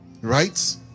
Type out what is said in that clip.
right